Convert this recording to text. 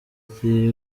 the